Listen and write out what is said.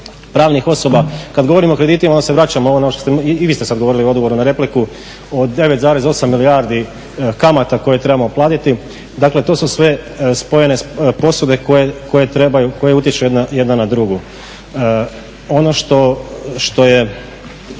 pravnih osoba. Kada govorimo o kreditima onda se vraćamo na ono, i vi ste sada odgovorili u odgovoru na repliku od 9,8 milijardi kamata koje trebamo platiti. Dakle to su sve spojene posude koje utječu jedna na drugu. Kada govorite